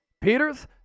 Peter's